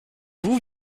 vous